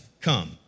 come